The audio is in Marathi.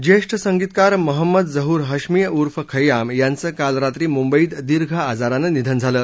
ज्येष्ठ संगीतकार महंमद जहूर हश्मी उर्फ खय्याम यांचं काल रात्री मुंबईत दीर्घ आजारानं निधन झालं